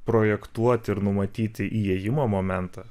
projektuoti ir numatyti įėjimo momentą